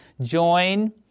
join